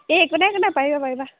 এ একো নাই একো নাই পাৰিবা পাৰিবা